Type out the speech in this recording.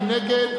מי נגד?